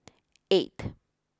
eight